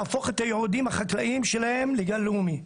להפוך את היעודים החקלאיים שלהם לגן לאומי.